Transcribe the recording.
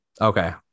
Okay